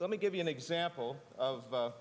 let me give you an example of